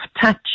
touch